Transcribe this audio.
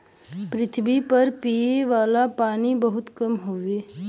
पृथवी पर पिए वाला पानी बहुत कम हउवे